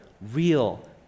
real